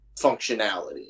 functionality